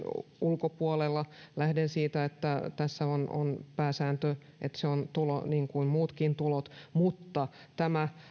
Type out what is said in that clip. ulkopuolella lähden siitä että tässä on on pääsääntö että se on tulo niin kuin muutkin tulot mutta tämä